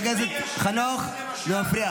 לא מישהו מהמערכת.